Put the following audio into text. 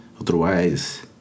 Otherwise